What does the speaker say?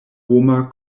homa